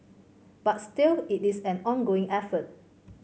but still it is an ongoing effort